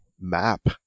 map